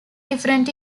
different